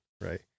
right